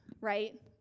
right